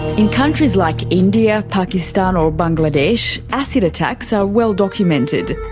in countries like india, pakistan or bangladesh, acid attacks are well documented.